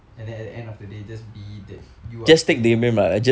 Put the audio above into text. and then at the end of the day just be that you are causing